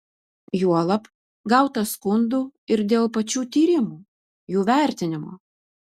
juolab gauta skundų ir dėl pačių tyrimų jų vertinimo